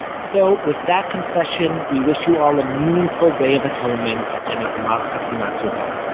so, with that confession, we wish you all a meaningful day of atonement and a gmar hatima tova.